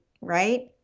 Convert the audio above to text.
right